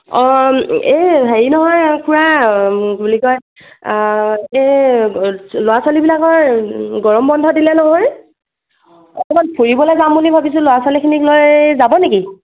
অঁ এই হেৰি নহয় খুড়া কি বুলি কয় এই ল'ৰা ছোৱালীবিলাকৰ গৰম বন্ধ দিলে নহয় অকণমান ফুৰিবলৈ যাম বুলি ভাবিছোঁ ল'ৰা ছোৱালীখিনিক লৈ যাব নেকি